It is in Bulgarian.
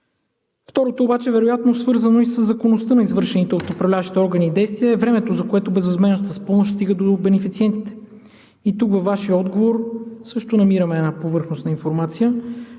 Второто обаче вероятно е свързано и със законността на извършените от управляващите органи действия – времето, за което безвъзмездната помощ стига до бенефициентите. И тук във Вашия отговор също намираме една повърхностна информация.